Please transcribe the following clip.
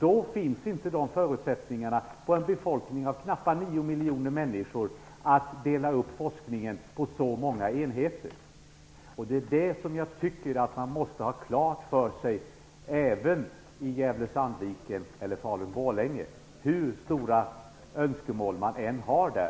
Det finns inga förutsättningar att med en befolkning på knappt 9 miljoner människor dela upp forskningen på så många enheter. Det tycker jag att man måste ha klart för sig även i Gävle Sandviken och Falun-Borlänge hur stora önskemål man än har där.